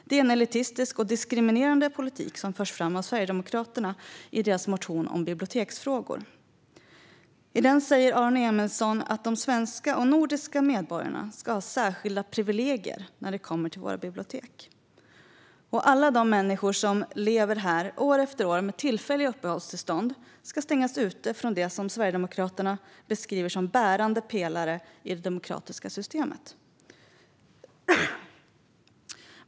Det är en elitistisk och diskriminerande politik som förs fram i Sverigedemokraternas motion om biblioteksfrågor. I den säger Aron Emilsson att svenska och nordiska medborgare ska ha särskilda privilegier när det kommer till våra bibliotek. Alla människor som lever här år efter år med tillfälliga uppehållstillstånd ska stängas ute från det som Sverigedemokraterna beskriver som bärande pelare i det demokratiska systemet.